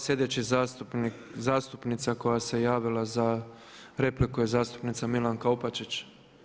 Sljedeća zastupnica koja se javila za repliku je zastupnica Milanka Opačić.